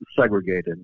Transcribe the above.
segregated